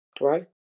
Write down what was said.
Right